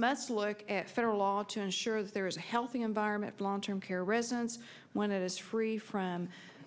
must look at federal law to ensure that there is a healthy environment long term care residence when it is free from